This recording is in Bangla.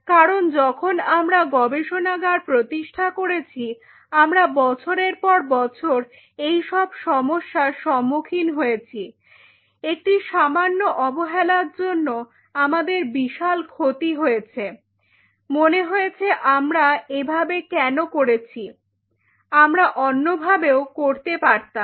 কারণ যখন আমরা গবেষণাগার প্রতিষ্ঠা করেছি আমরা বছরের পর বছর এসব সমস্যার সম্মুখীন হয়েছি একটি সামান্য অবহেলার জন্য আমাদের বিশাল ক্ষতি হয়েছে মনে হয়েছে আমরা এভাবে কেন করেছি আমরা অন্যভাবেও করতে পারতাম